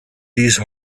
these